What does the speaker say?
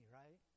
right